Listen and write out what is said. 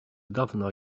dawna